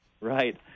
Right